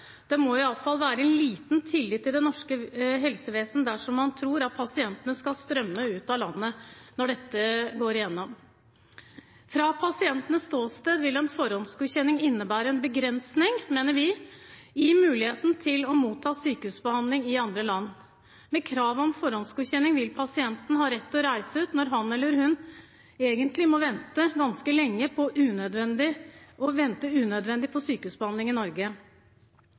Man må ha liten tillit til det norske helsevesen dersom man tror at pasientene skal strømme ut av landet når dette går gjennom. Fra pasientenes ståsted vil en forhåndsgodkjenning innebære en begrensning, mener vi, i muligheten til å motta sykehusbehandling i andre land. Med krav om forhåndsgodkjenning vil pasienten ha rett til å reise ut når han eller hun egentlig må vente unødvendig lenge på sykehusbehandling i Norge.